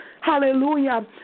Hallelujah